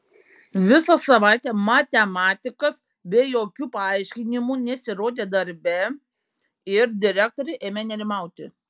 visą savaitę matematikas be jokių paaiškinimų nesirodė darbe ir direktorė ėmė nerimauti